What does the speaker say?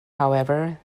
however